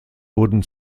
wurden